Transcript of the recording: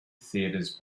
theaters